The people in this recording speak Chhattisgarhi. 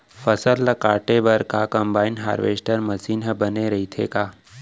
फसल ल काटे बर का कंबाइन हारवेस्टर मशीन ह बने रइथे का?